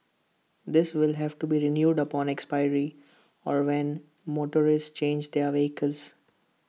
this will have to be renewed upon expiry or when motorists change their vehicles